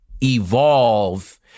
evolve